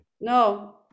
no